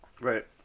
Right